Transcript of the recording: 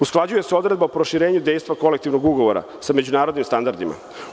Usklađuje se odredba o proširenju dejstva kolektivnog ugovora sa međunarodnim standardima.